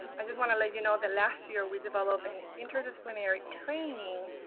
i just want to let you know that last year we developed an interdisciplinary training